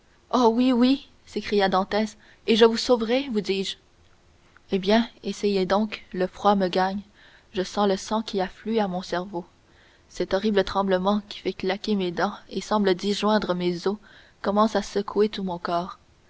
oh oui oui s'écria dantès et je vous sauverai vous dis-je eh bien essayez donc le froid me gagne je sens le sang qui afflue à mon cerveau cet horrible tremblement qui fait claquer mes dents et semble disjoindre mes os commence à secouer tout mon corps